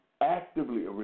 actively